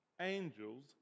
Angels